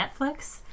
Netflix